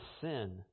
sin